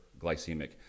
glycemic